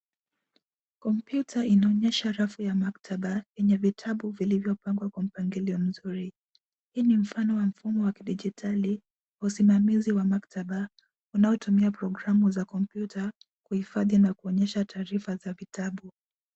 Kompyuta inaonyesha rafu ya maktaba yenye vitabu vilivyopangwa kwa mpangilio mzuri. Hii ni mfano wa mfumo wa kidijitali wa usimamizi wa maktaba unaotumia programu za kompyuta kuhifadhi na kuonyesha taarifa za vitabu.